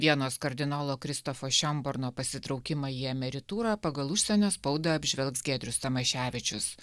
vienas kardinolo kristofo šiomborno pasitraukimą į emeritūrą pagal užsienio spaudą apžvelgs giedrius tamaševičius